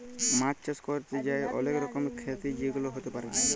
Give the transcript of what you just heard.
মাছ চাষ ক্যরতে যাঁয়ে অলেক রকমের খ্যতি যেগুলা হ্যতে পারে